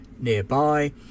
nearby